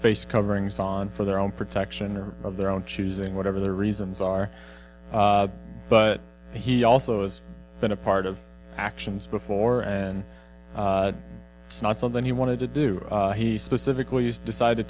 face coverings on for their own protection of their own choosing whatever their reasons are but he also has been art of actions before and it's not something he wanted to do he specifically has decided to